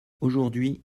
aujourd’hui